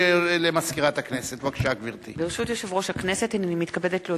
אני קובע שהצעת החוק עברה בקריאה ראשונה ותועבר